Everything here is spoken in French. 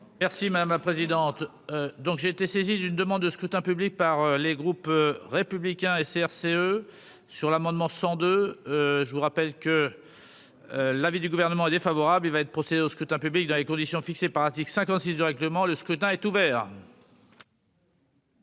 Merci ma ma présidente, donc j'ai été saisi d'une demande de scrutin public par les groupes républicains et CRCE sur l'amendement 102 je vous rappelle que l'avis du Gouvernement est défavorable, il va être procédé au scrutin public dans les conditions fixées par article 56 de règlement, le scrutin est ouvert.